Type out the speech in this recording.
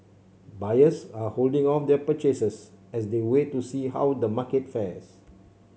buyers are holding off their purchases as they wait to see how the market fares